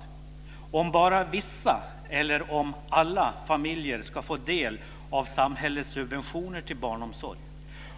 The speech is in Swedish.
Den handlar om ifall bara vissa eller alla familjer ska få del av samhällets subventioner till barnomsorg,